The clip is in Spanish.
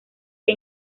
que